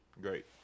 Great